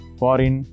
foreign